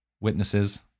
witnesses